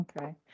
Okay